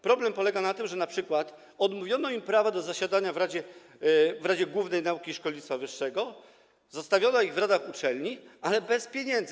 Problem polega na tym, że np. odmówiono im prawa do zasiadania w Radzie Głównej Nauki i Szkolnictwa Wyższego, zostawiono ich w radach uczelni, ale bez pieniędzy.